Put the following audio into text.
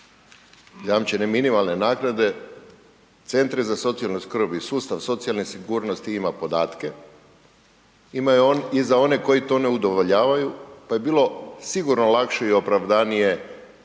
zajamčene minimalne naknade centri za socijalnu skrb i sustav socijalne sigurnosti ima podatke, imaju i za one koji to ne udovoljavaju, pa je bilo sigurno lakše i opravdanije